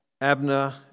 Abner